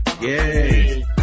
Yay